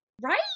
right